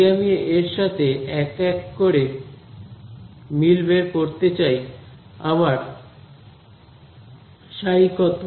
যদি আমি এর সাথে এর এক এক করে মিল বের করতে চাই আমার সাই কত